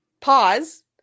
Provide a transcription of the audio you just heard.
Pause